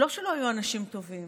לא שלא היו אנשים טובים,